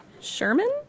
Sherman